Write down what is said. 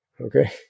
Okay